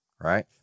right